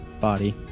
body